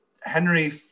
Henry